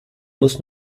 muss